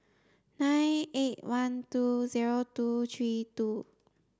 nine eight one two zero two three two